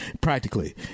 practically